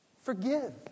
Forgive